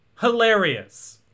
Hilarious